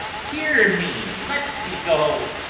hear me! let me go!